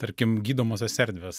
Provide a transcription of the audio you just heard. tarkim gydomosios erdvės